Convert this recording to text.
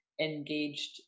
engaged